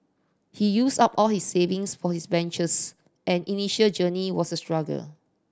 he used up all his savings for his ventures and initial journey was a struggle